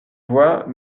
vois